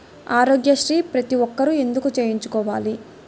ఆరోగ్యశ్రీ ప్రతి ఒక్కరూ ఎందుకు చేయించుకోవాలి?